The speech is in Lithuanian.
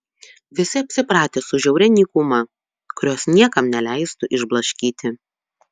visi apsipratę su žiauria nykuma kurios niekam neleistų išblaškyti